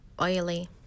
Oily